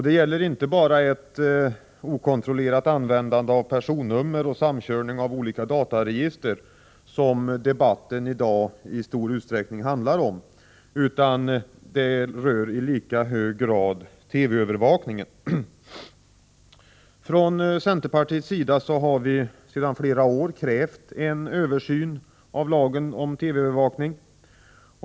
Det handlar inte bara om ett okontrollerat användande av personnummer och samkörning av olika dataregister, vilket debatten i stor utsträckning handlar om i dag, utan i lika hög grad om TV-övervakning. Från centerpartiets sida har vi sedan flera år krävt en översyn av lagen om TV-övervakning.